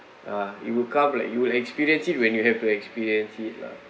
uh you woke up like you'll experience it when you have to experience it lah